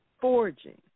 forging